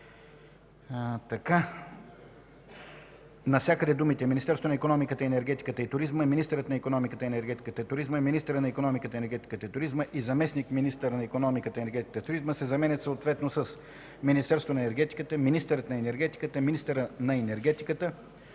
бр...) навсякъде думите „Министерството на икономиката, енергетиката и туризма”, „министърът на икономиката, енергетиката и туризма”, „министъра на икономиката, енергетиката и туризма” и „заместник-министър на икономиката, енергетиката и туризма” се заменят съответно с „Министерството на енергетиката”, „министърът на енергетиката”, „министъра на енергетиката”